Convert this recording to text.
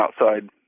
outside